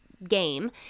game